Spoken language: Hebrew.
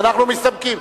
אנחנו מסתפקים,